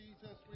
Jesus